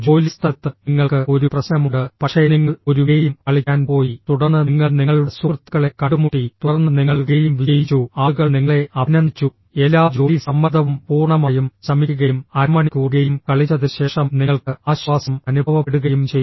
ജോലിസ്ഥലത്ത് നിങ്ങൾക്ക് ഒരു പ്രശ്നമുണ്ട് പക്ഷേ നിങ്ങൾ ഒരു ഗെയിം കളിക്കാൻ പോയി തുടർന്ന് നിങ്ങൾ നിങ്ങളുടെ സുഹൃത്തുക്കളെ കണ്ടുമുട്ടി തുടർന്ന് നിങ്ങൾ ഗെയിം വിജയിച്ചു ആളുകൾ നിങ്ങളെ അഭിനന്ദിച്ചു എല്ലാ ജോലി സമ്മർദ്ദവും പൂർണ്ണമായും ശമിക്കുകയും അരമണിക്കൂർ ഗെയിം കളിച്ചതിന് ശേഷം നിങ്ങൾക്ക് ആശ്വാസം അനുഭവപ്പെടുകയും ചെയ്തു